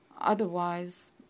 Otherwise